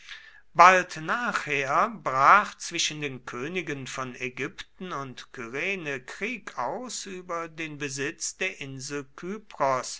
bald nachher brach zwischen den königen von ägypten und kyrene krieg aus über den besitz der insel